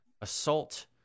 assault